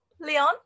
Leon